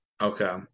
Okay